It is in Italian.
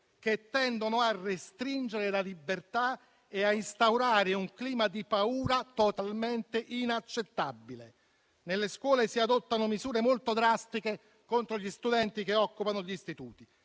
che tendono a restringere la libertà e a instaurare un clima di paura totalmente inaccettabile. Nelle scuole si adottano misure molto drastiche contro gli studenti che occupano gli istituti: